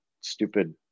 stupid